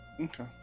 okay